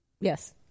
Yes